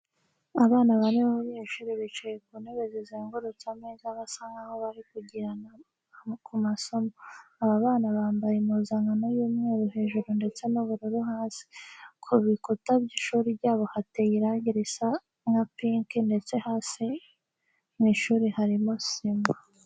Abana bane b'abanyeshuri bicaye ku ntebe zizengurutse ameza basa nkaho bari kiganira ku masomo. Aba bana bambaye impuzankano y'umweru hejuru ndetse n'ubururu hasi. Ku bikuta by'ishuri ryabo hateye irangi risa nka pinki ndetse hasi mu ishuri harimo sima.